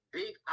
big